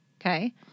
Okay